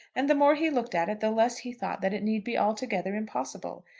and the more he looked at it the less he thought that it need be altogether impossible.